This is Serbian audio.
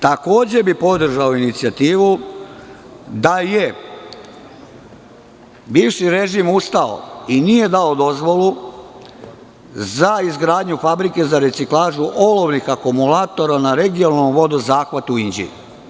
Takođe bih podržao inicijativu da je bivši režim ustao i nije dao dozvolu za izgradnju fabrike za reciklažu olovnih akumulatora na regionalnom vodozahvatu u Inđiji.